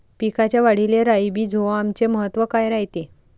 पिकाच्या वाढीले राईझोबीआमचे महत्व काय रायते?